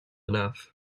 enough